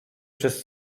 przez